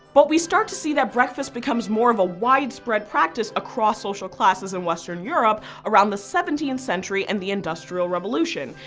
but we start to see that breakfast becomes more of a widespread practice across social classes in western europe around the seventeenth century and the industrial revolution,